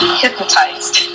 hypnotized